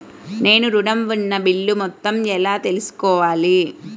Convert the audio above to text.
నేను ఋణం ఉన్న బిల్లు మొత్తం ఎలా తెలుసుకోవాలి?